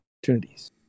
opportunities